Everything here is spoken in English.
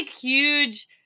huge